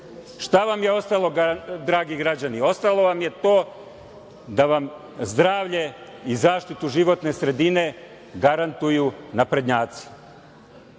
Šta vam je ostalo dragi građani? Ostalo vam je to da vam zdravlje i zaštitu životne sredine garantuju naprednjaci. Ljudi,